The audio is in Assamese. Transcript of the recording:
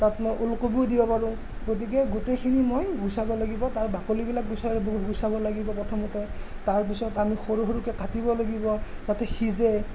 তাত মই ওলকবিও দিব পাৰোঁ গতিকে গোটেইখিনি মই গুচাব লাগিব তাৰ বাকলিবিলাক গুচাব গুচাব লাগিব প্ৰথমতে তাৰপিছত আমি সৰু সৰুকৈ কাটিব লাগিব যাতে সিজে